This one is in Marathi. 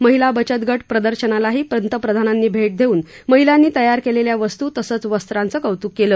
महिला बचत गट प्रदर्शनालाही पंतप्रधानांनी भेट देऊन महिलांनी तयार केलेल्या वस्तू तसंच वस्त्रांचं कौत्क केलं